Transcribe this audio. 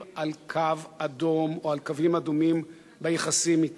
על קו אדום או על קווים אדומים ביחסים אתה.